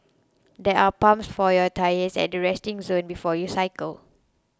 there are pumps for your tyres at the resting zone before you cycle